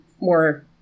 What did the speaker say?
more